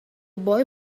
boy